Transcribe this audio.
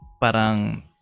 parang